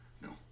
No